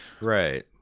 right